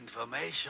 information